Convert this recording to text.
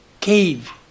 cave